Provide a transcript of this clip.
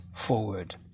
forward